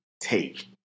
take